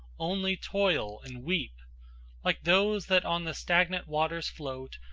only toil and weep like those that on the stagnant waters float,